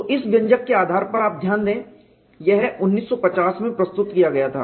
तो इस व्यंजक के आधार पर आप ध्यान दें यह 1950 में प्रस्तुत किया गया था